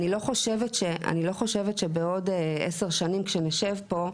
אני לא חושבת שבעוד עשר שנים כשנשב פה,